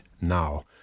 Now